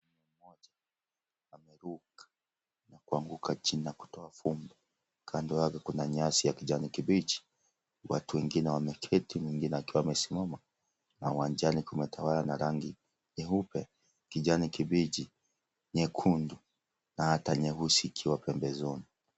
Ameruka na kuanguka chini na kutoa vumbi. Kando yake kuna nyasi ya kijani kibichi. Watu wengine wameketi wengine wakiwa wamesimama na uwanjani kumetawala rangi nyeupe, kijani kibichi, nyekundu na hata nyeusi ikiwa pembezoni.